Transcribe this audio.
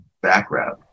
background